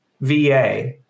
VA